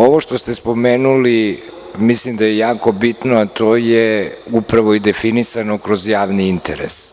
Ovo što ste spomenuli mislim da je jako bitno, a to je upravo i definisano kroz javni interes